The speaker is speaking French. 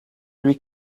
lui